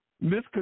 Miss